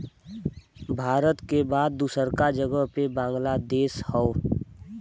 भारत के बाद दूसरका जगह पे बांग्लादेश हौ